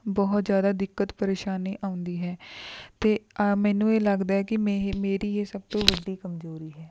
ਬਹੁਤ ਜ਼ਿਆਦਾ ਦਿੱਕਤ ਪਰੇਸ਼ਾਨੀ ਆਉਂਦੀ ਹੈ ਅਤੇ ਮੈਨੂੰ ਇੱਹ ਲੱਗਦਾ ਹੈ ਕਿ ਮੇਹ ਮੇਰੀ ਇਹ ਸਭ ਤੋਂ ਵੱਡੀ ਕਮਜ਼ੋਰੀ ਹੈ